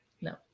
No